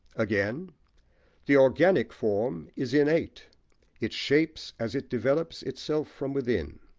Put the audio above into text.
again the organic form is innate it shapes, as it develops, itself from within,